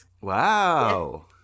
Wow